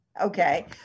Okay